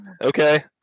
Okay